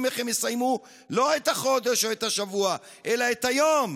איך הם יסיימו לא את החודש או את השבוע אלא את היום,